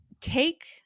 take